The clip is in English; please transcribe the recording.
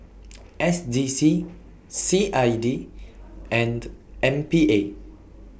S D C C I D and M P A